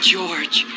George